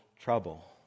trouble